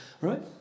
right